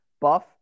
Buff